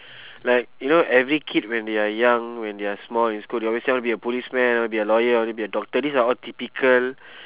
like you know every kid when they are young when they are small in school they always say I wanna be a policeman I wanna be a lawyer I wanna be a doctor these are all typical